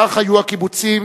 כך, הקיבוצים